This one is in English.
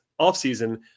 offseason